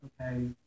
okay